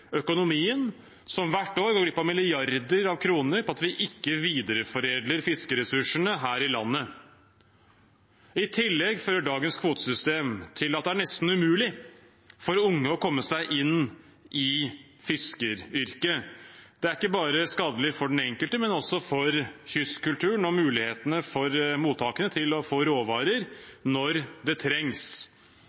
økonomien, som hvert år går glipp av milliarder av kroner fordi vi ikke videreforedler fiskeressursene her i landet. I tillegg fører dagens kvotesystem til at det er nesten umulig for unge å komme seg inn i fiskeryrket. Det er ikke bare skadelig for den enkelte, men også for kystkulturen og mulighetene for mottakene til å få råvarer når det trengs.